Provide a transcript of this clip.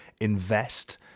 invest